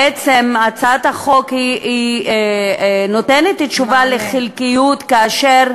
בעצם הצעת החוק נותנת תשובה חלקית, כי,